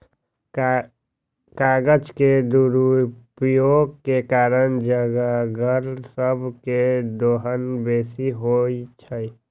कागज के दुरुपयोग के कारण जङगल सभ के दोहन बेशी होइ छइ